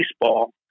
baseball